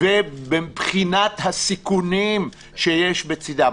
ובחינת הסיכונים שיש בצידן.